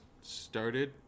started